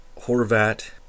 Horvat